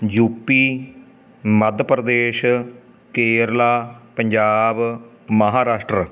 you P Madhya Pradesh Kerala Punjab Maharashtra